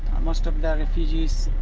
most of the refugees,